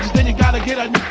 then you gotta give the